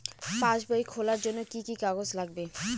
পাসবই খোলার জন্য কি কি কাগজ লাগবে?